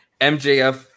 MJF